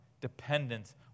dependence